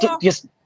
Yes